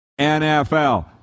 NFL